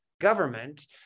government